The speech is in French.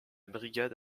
brigade